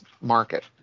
market